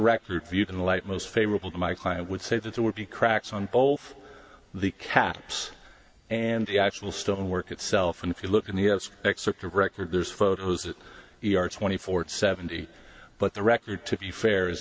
record viewed in the light most favorable to my client would say that there would be cracks on both the caps and the actual stone work itself and if you look at he has excerpts of record there's photos that are twenty four to seventy but the record to be fair is